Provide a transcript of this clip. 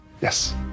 Yes